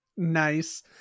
Nice